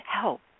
help